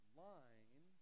line